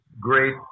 great